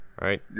right